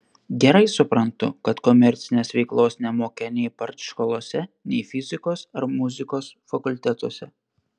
gerai suprantu kad komercinės veiklos nemokė nei partškolose nei fizikos ar muzikos fakultetuose